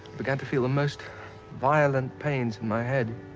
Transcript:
began to feel the most violent pains in my head.